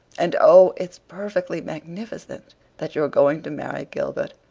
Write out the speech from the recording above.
and oh, it's perfectly magnificent that you're going to marry gilbert.